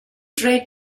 dredd